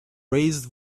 raised